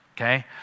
okay